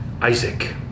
Isaac